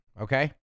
Okay